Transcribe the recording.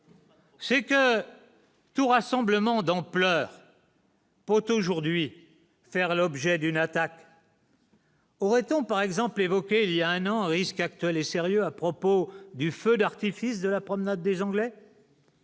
c'est que tout rassemblement d'ampleur. Vote aujourd'hui faire l'objet d'une attaque. Aurait-on par exemple évoqué il y a un an à risque actuel est sérieux à propos du feu d'artifice de la promenade des Anglais.